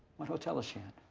what hotel is she in?